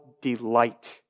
delight